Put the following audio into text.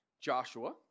Joshua